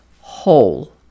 whole